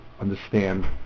understand